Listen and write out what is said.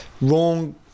wrong